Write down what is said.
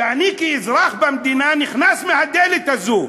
ואני כאזרח במדינה נכנס מהדלת הזאת.